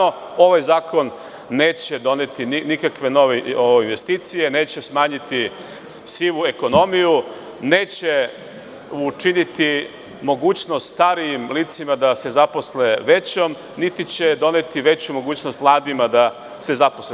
Ovaj zakon neće doneti nikakve investicije, neće smanjiti sivu ekonomiju, neće učiniti mogućnost starijim licima da se zaposle većom, niti će doneti veću mogućnosti mladima da se zaposle.